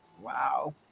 Wow